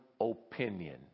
opinion